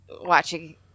watching